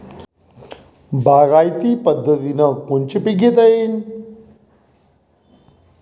बागायती पद्धतीनं कोनचे पीक घेता येईन?